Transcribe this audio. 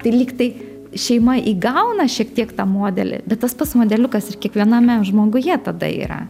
tai lyg tai šeima įgauna šiek tiek tą modelį bet tas pats modeliukas ir kiekviename žmoguje tada yra